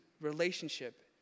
relationship